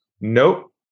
Nope